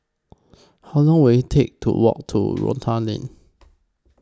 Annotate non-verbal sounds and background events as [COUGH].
How Long Will IT Take to Walk to [NOISE] Rotan Lane